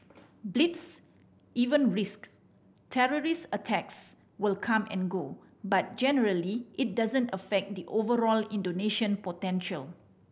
blips event risk terrorist attacks will come and go but generally it doesn't affect the overall Indonesian potential